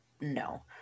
No